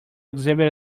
exhibit